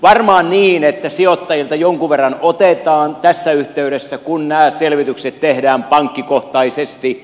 varmaan niin että sijoittajilta jonkun verran otetaan tässä yhteydessä kun nämä selvitykset tehdään pankkikohtaisesti